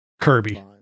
kirby